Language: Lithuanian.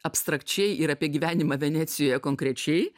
abstrakčiai ir apie gyvenimą venecijoje konkrečiai